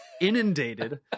inundated